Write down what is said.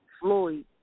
Floyd